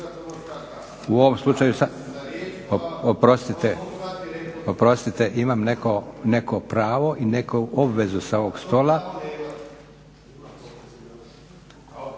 U ovom slučaju oprostite imam neko pravo i neku obvezu sa ovog stola.